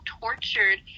tortured